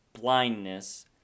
blindness